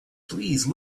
please